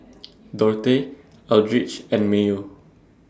Dorthey Eldridge and Mayo